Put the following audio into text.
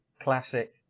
classic